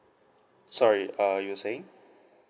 sorry err you were saying